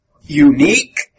unique